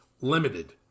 limited